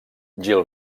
gil